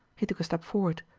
he took a step forward.